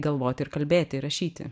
galvoti ir kalbėti ir rašyti